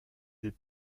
des